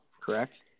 correct